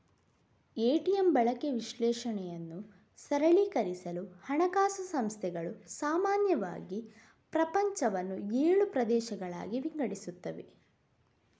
ATM ಬಳಕೆ ವಿಶ್ಲೇಷಣೆಯನ್ನು ಸರಳೀಕರಿಸಲು ಹಣಕಾಸು ಸಂಸ್ಥೆಗಳು ಸಾಮಾನ್ಯವಾಗಿ ಪ್ರಪಂಚವನ್ನು ಏಳು ಪ್ರದೇಶಗಳಾಗಿ ವಿಂಗಡಿಸುತ್ತವೆ